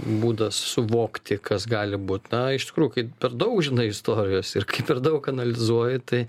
būdas suvokti kas gali būt na iš tikrųjų kai per daug žinai istorijos ir kai per daug analizuoji tai